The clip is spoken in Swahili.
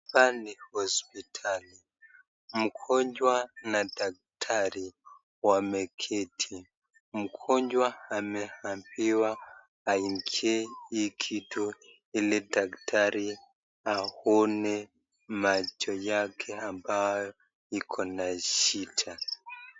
Hapa ni hospitali mgonjwa na daktari wameketi. Mgonjwa ameambiwa aingie hii kitu ili daktari aone macho yake ambayo iko na shida.